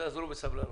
בבקשה.